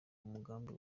mugambi